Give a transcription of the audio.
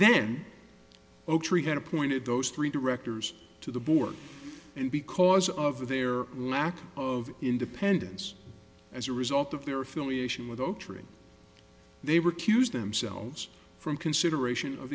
then oaktree had appointed those three directors to the board and because of their lack of independence as a result of their affiliation with oak tree they were accused themselves from consideration of